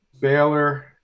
Baylor